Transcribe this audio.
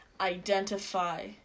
identify